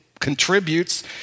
contributes